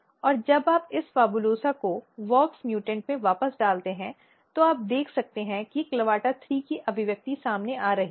और जब आप इस PHABULOSA को wox म्यूटेशन में वापस डालते हैं तो आप देख सकते हैं कि clavata3 की अभिव्यक्ति सामने आ रही है